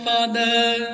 Father